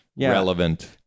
relevant